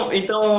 então